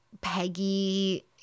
Peggy